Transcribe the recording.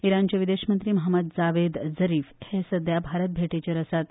इराणाचे विदेश मंत्री महम्मद जावेद जरीफ हे सध्या भारत भेटेर आसात